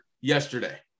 yesterday